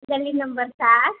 गल्ली नंबर सात